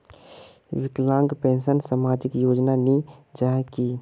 विकलांग पेंशन सामाजिक योजना नी जाहा की?